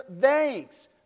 thanks